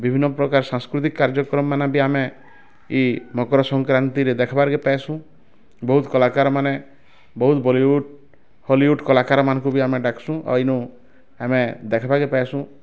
ବିଭିନ୍ନ ପ୍ରକାର ସାଂସ୍କୃତିକ କାର୍ଯ୍ୟକ୍ରମମାନ ବି ଆମେ ଏଇ ମକର ସଂକ୍ରାନ୍ତିରେ ଦେଖବାର୍ କେ ପାଇସୁଁ ବହୁତ କଳାକାରମାନେ ବହୁତ ବଲିଉଡ଼ ହଲିଉଡ଼ କଳାକାରମାନଙ୍କୁ ବି ଆମେ ଡ଼ାକସୁଁ ଅଇନୁ ଆମେ ଦେଖବାକେ ପାଇସୁଁ